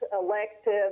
elective